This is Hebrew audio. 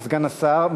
סגן השר.